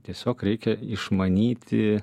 tiesiog reikia išmanyti